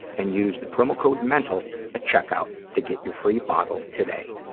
and use the promo code mental at check-out to get your free bottle today.